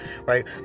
right